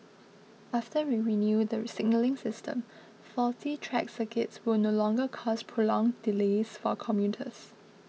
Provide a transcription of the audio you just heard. after we renew the signalling system faulty track circuits will no longer cause prolonged delays for commuters